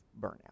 burnout